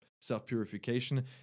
self-purification